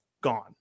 gone